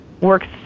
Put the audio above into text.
works